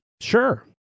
Sure